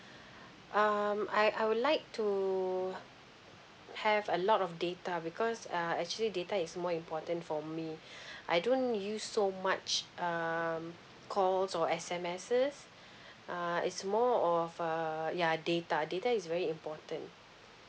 um I I would like to have a lot of data because uh actually data is more important for me I don't use so much um calls or S_M_S uh it's more of uh ya data data is very important